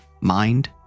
Mind